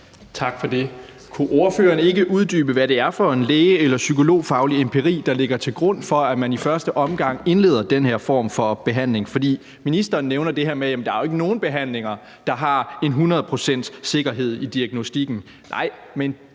Tak for det. Kunne ordføreren ikke uddybe, hvad det er for en læge- eller psykologfaglig empiri, der ligger til grund for, at man i første omgang indleder den her form for behandling? For ministeren nævner det her med, at der jo ikke er nogen behandlinger, der har 100 pct.s sikkerhed i diagnostikken. Nej, men